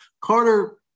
Carter